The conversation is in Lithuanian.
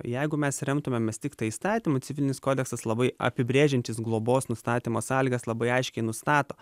jeigu mes remtumėmės tiktai įstatymu civilinis kodeksas labai apibrėžiantis globos nustatymo sąlygas labai aiškiai nustato